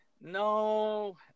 No